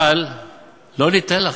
אבל לא ניתן לכם,